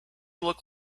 look